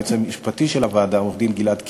ליועץ המשפטי של הוועדה עורך-דין גלעד קרן,